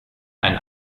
einen